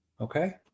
Okay